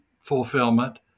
fulfillment